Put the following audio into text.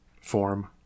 form